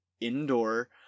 indoor